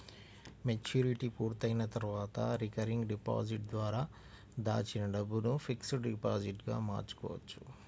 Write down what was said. maturity పూర్తయిన తర్వాత recurring deposit ద్వారా దాచిన డబ్బును ఫిక్స్డ్ డిపాజిట్ గా మార్చుకోవచ్చు